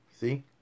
See